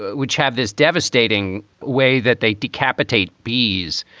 which have this devastating way that they decapitate bees.